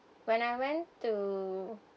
when I went to